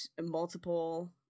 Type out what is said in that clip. multiple